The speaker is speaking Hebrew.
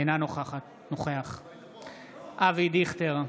אינו נוכח אבי דיכטר,